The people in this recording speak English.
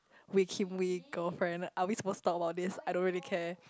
Wee-Kim-Wee girlfriend are we supposed to talk about this I don't really care